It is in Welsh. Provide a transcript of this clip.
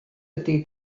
ydy